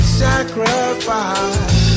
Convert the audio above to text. sacrifice